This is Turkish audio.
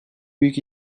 büyük